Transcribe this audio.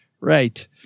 right